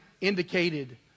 indicated